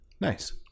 Nice